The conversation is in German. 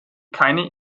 keine